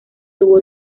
tuvo